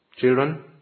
Children